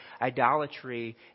idolatry